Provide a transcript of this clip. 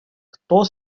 кто